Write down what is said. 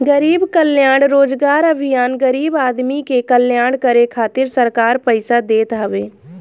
गरीब कल्याण रोजगार अभियान गरीब आदमी के कल्याण करे खातिर सरकार पईसा देत हवे